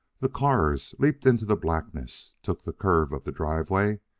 the cars leaped into the blackness, took the curve of the driveway,